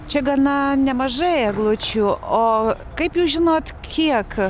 čia gana nemažai eglučių o kaip jūs žinot kiek